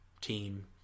team